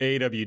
AW